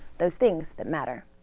those things that matter.